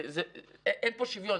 אין פה שוויון.